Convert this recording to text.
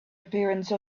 appearance